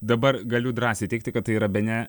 dabar galiu drąsiai teigti kad tai yra bene